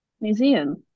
Museum